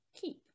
keep